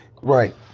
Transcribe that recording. right